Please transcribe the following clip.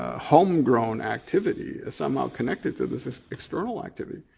ah homegrown activity as somehow connected to this external activity.